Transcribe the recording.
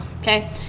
okay